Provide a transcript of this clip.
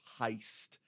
heist